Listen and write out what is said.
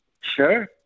Sure